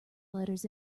letters